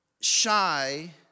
shy